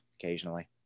occasionally